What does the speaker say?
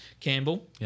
Campbell